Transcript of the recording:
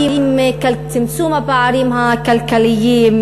על צמצום הפערים הכלכליים,